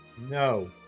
No